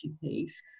piece